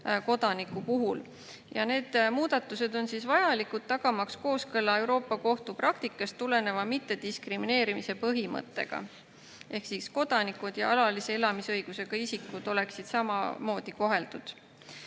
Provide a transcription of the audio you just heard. kodaniku puhul. Need muudatused on vajalikud tagamaks kooskõla Euroopa Kohtu praktikast tuleneva mittediskrimineerimise põhimõttega. Ehk et kodanikud ja alalise elamisõigusega isikud oleksid samamoodi koheldud. Lisaks